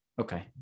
Okay